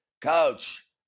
Coach